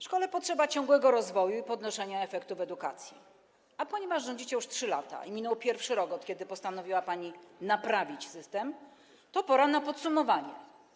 Szkole potrzeba ciągłego rozwoju i podnoszenia efektów edukacji, a ponieważ rządzicie już 3 lata i minął pierwszy rok, od kiedy postanowiła pani „naprawić” system, to pora na podsumowanie.